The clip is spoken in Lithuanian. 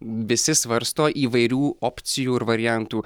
visi svarsto įvairių opcijų ir variantų